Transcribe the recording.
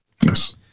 Yes